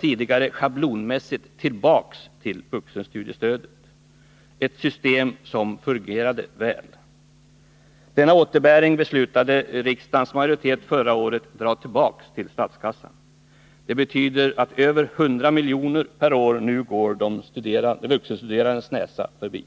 tidigare schablonmässigt tillbaka till vuxenstudiestödet — ett system som fungerade väl. Riksdagens majoritet beslutade förra året att dra tillbaka denna återbäring till statskassan. Det betyder att över hundra miljoner per år nu går de vuxenstuderandes näsa förbi.